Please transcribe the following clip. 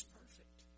perfect